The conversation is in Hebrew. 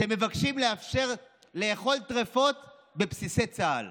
ומבקשים לאפשר לאכול טרפות בבסיסי צה"ל.